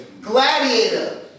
Gladiator